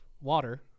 water